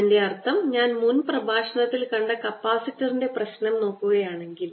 അതിന്റെ അർത്ഥം ഞാൻ മുൻ പ്രഭാഷണത്തിൽ കണ്ട കപ്പാസിറ്ററിൻറെ പ്രശ്നം നോക്കുകയാണെങ്കിൽ